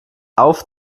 auf